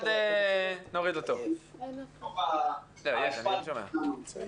הזה שתהיה התייחסות יותר משמעותית בעקבות הקמת המשרד.